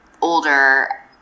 older